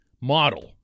model